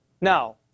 Now